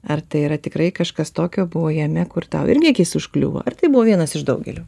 ar tai yra tikrai kažkas tokio buvo jame kur tau irgi akis užkliuvo ar tai buvo vienas iš daugelio